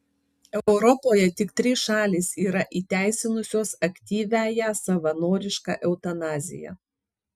europoje tik trys šalys yra įteisinusios aktyviąją savanorišką eutanaziją